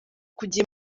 bamaze